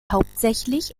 hauptsächlich